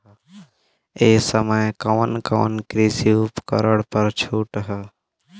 ए समय कवन कवन कृषि उपकरण पर छूट ह?